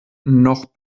noch